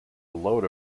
load